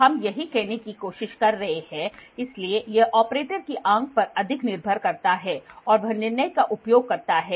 तो हम यही कहने की कोशिश कर रहे हैं इसलिए यह ऑपरेटर की आंख पर अधिक निर्भर करता है और वह निर्णय का उपयोग करता है